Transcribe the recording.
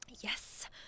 Yes